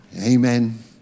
Amen